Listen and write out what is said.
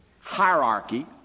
hierarchy